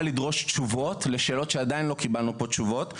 לדרוש תשובות לשאלות שעדיין לא קיבלנו פה תשובות.